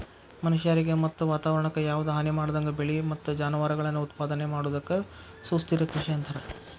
ಮನಷ್ಯಾರಿಗೆ ಮತ್ತ ವಾತವರಣಕ್ಕ ಯಾವದ ಹಾನಿಮಾಡದಂಗ ಬೆಳಿ ಮತ್ತ ಜಾನುವಾರಗಳನ್ನ ಉತ್ಪಾದನೆ ಮಾಡೋದಕ್ಕ ಸುಸ್ಥಿರ ಕೃಷಿ ಅಂತಾರ